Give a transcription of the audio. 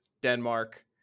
Denmark